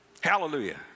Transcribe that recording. Hallelujah